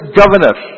governor